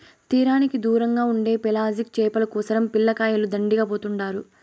తీరానికి దూరంగా ఉండే పెలాజిక్ చేపల కోసరం పిల్లకాయలు దండిగా పోతుండారు